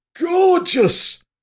gorgeous